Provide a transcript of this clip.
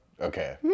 Okay